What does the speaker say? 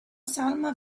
salma